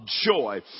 joy